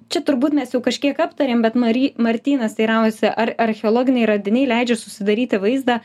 čia turbūt mes jau kažkiek aptarėm bet mary martynas teiraujasi ar archeologiniai radiniai leidžia susidaryti vaizdą